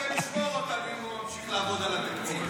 השם ישמור אותנו אם הוא ממשיך לעבוד על התקציב.